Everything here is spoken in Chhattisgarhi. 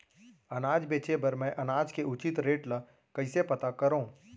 अनाज बेचे बर मैं अनाज के उचित रेट ल कइसे पता करो?